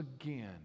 again